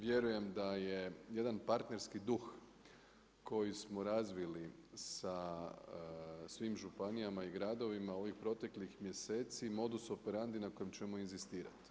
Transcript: Vjerujem da je jedan partnerski duh koji smo razvili sa svim županijama i gradovima u ovih proteklih mjeseci modus operandi na kojem ćemo inzistirati.